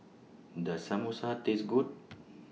Does Samosa Taste Good